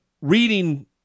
reading